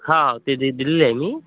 हां ते दे दिलेली आहे मी